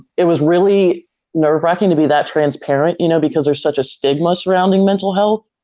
it was really nerve-wrecking to be that transparent, you know, because there's such a stigma surrounding mental health,